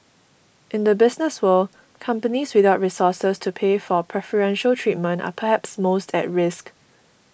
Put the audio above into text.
in the business world companies without resources to pay for preferential treatment are perhaps most at risk